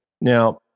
Now